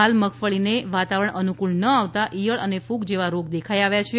હાલ મગફળીને વાતાવરણ અનુકૂળ ન આવતાં ઈયળ અને કૂગ જેવા રોગ દેખાઈ આવ્યા છે